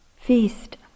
feast